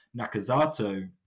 Nakazato